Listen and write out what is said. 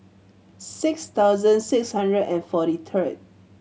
six thousand six hundred and forty third